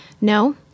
No